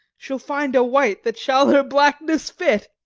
she'll find a white that shall her blackness fit.